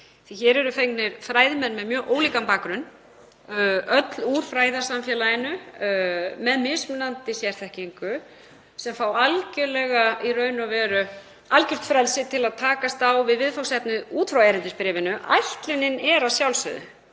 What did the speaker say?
að hér eru fengnir fræðimenn með mjög ólíkan bakgrunn, öll úr fræðasamfélaginu, með mismunandi sérþekkingu sem fá í raun og veru algjört frelsi til að takast á við viðfangsefnið út frá erindisbréfinu. Ætlunin er að sjálfsögðu,